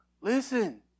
Listen